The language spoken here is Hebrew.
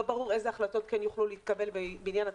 לא ברור איזה החלטות כן יוכלו להתקבל בעניין התקציבי,